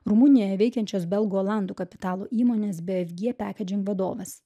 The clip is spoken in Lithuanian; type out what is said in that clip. rumunijoje veikiančios belgų olandų kapitalo įmonės bi ef gie pekidžin vadovas